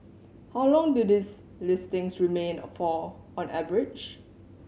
how long do these listing remain for on average